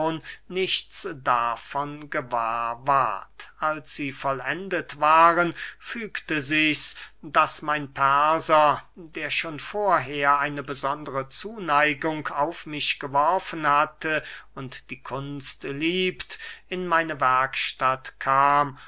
nichts davon gewahr ward als sie vollendet waren fügte sichs daß mein perser der schon vorher eine besondere zuneigung auf mich geworfen hatte und die kunst liebt in meine werkstatt kam